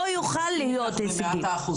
הוא לא יוכל להיות הישגי.